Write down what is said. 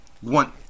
one